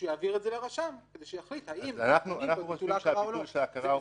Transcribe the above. שיעביר את זה לרשם כדי שיחליט האם לבטל את ההכרה או לא.